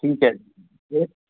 ਠੀਕ ਹੈ ਜੀ